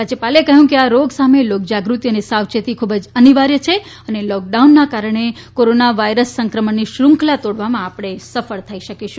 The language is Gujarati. રાજયપાલે કહયું છે કે આ રોગ સામે લોક જાગૃતિ અને સાવચેતી ખુબ જ અનિવાર્ય છે અને લોક ડાઉનના કારણે કોરોના વારસ સંક્રમણની શ્રુંખલા તોડવામાં આપણે સફળ થઇ શકીશું